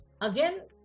again